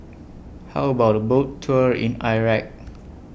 How about A Boat Tour in Iraq